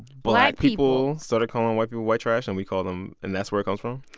black people started calling white people white trash and we called them and that's where it comes from?